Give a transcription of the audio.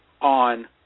on